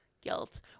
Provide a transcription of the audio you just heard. guilt